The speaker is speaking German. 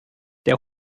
der